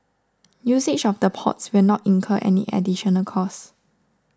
usage of the ports will not incur any additional cost